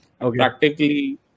practically